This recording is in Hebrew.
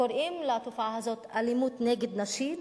קוראים לתופעה הזאת אלימות נגד נשים?